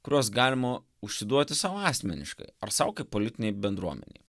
kuriuos galima užsiduoti sau asmeniškai ar sau kaip politinei bendruomenei